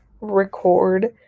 record